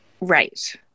Right